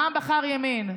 העם בחר ימין.